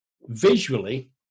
visually